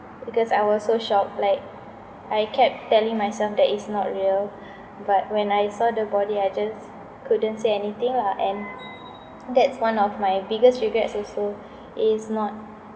because I was so shocked like I kept telling myself that is not real but when I saw the body I just couldn't say anything lah and that's one of my biggest regrets also is not